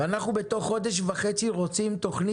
אנחנו רוצים בתוך חודש וחצי תוכנית